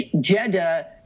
Jeddah